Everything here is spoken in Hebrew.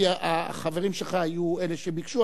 כי החברים שלך היו אלה שביקשו,